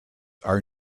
are